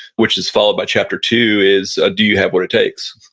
which is followed by chapter two is ah do you have what it takes?